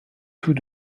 tout